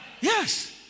Yes